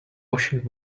washing